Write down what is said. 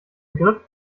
begriff